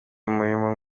umurimo